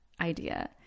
idea